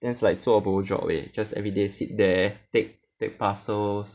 then it's like 做 bo job leh just every day sit there take take parcels